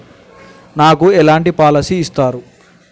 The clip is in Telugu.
నాకు ఎలాంటి పాలసీ ఇస్తారు?